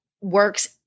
works